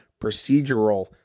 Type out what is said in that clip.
procedural